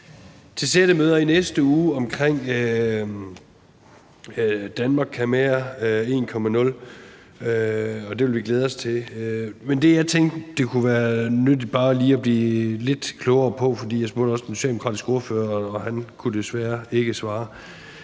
til sættemøder i næste uge om »Danmark kan mere I«, og det vil vi glæde os til. Men det, jeg tænkte det kunne være nyttigt bare lige at blive lidt klogere på – jeg spurgte også den socialdemokratiske ordfører, og han kunne desværre ikke svare,